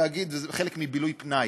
זה חלק מבילוי פנאי.